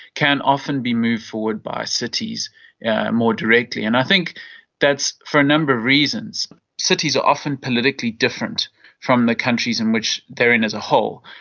can often be moved forward by cities more directly. and i think that for a number of reasons cities are often politically different from the countries in which they are in as a whole.